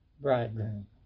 bridegroom